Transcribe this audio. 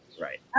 Right